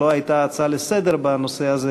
שלו הייתה הצעה לסדר-היום בנושא הזה,